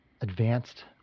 advanced